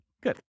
Good